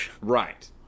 Right